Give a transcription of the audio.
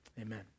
amen